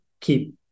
keep